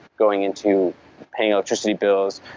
going into paying ah just the bills,